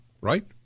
right